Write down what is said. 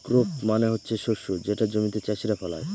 crop মানে হচ্ছে শস্য যেটা জমিতে চাষীরা ফলায়